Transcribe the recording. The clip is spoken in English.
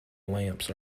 lamps